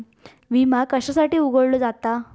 विमा कशासाठी उघडलो जाता?